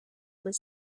was